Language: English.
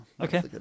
Okay